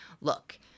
look